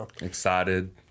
Excited